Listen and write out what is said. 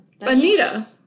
Anita